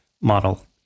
model